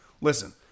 Listen